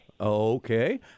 Okay